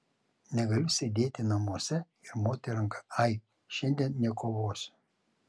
negaliu sėdėti namuose ir moti ranka ai šiandien nekovosiu